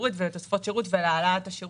לאישור ועדת הכספים כשיש העלאה.